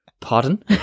Pardon